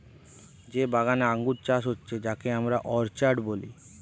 যে বাগানে আঙ্গুর চাষ হচ্ছে যাকে আমরা অর্চার্ড বলছি